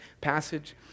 passage